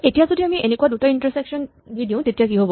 এতিয়া যদি আমি এনেকুৱা দুটা ইন্টাৰছেকচন দি দিও তেতিয়া কি হ'ব